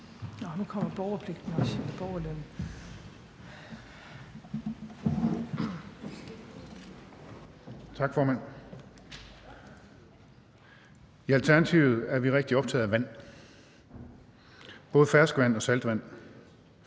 I Alternativet er vi rigtig optaget af vand, både ferskvand og saltvand,